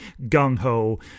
gung-ho